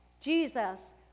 Jesus